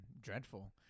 dreadful